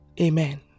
Amen